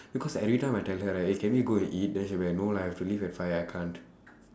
because every time I tell her right eh can we go and eat then she'll be like no lah I have to leave at five I can't